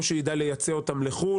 או שיידע לייצא אותן לחוץ לארץ,